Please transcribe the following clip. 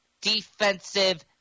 defensive